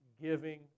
giving